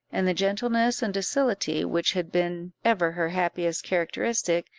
and the gentleness and docility which had been ever her happiest characteristic,